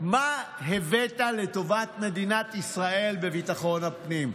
מה הבאת לטובת מדינת ישראל בביטחון הפנים?